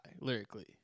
lyrically